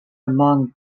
among